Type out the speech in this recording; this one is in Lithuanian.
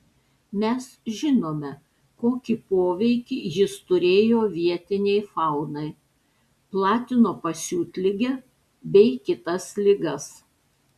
mes žinome kokį poveikį jis turėjo vietinei faunai platino pasiutligę bei kitas ligas